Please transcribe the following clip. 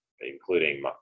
including